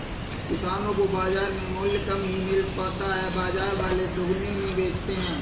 किसानो को बाजार में मूल्य कम ही मिल पाता है बाजार वाले दुगुने में बेचते है